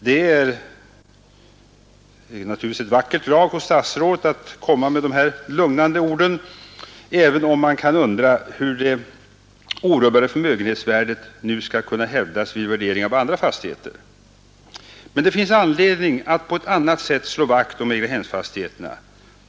Det är naturligtvis ett vackert drag av statsrådet att komma med dessa lugnande ord, även om man kan undra hur det orubbade förmögenhetsvärdet skall kunna hävdas vid värdering av andra fastigheter. Men det finns anledning att på ett annat sätt slå vakt om egnahemsfastigheterna.